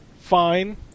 fine